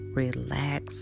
relax